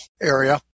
area